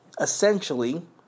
essentially